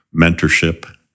mentorship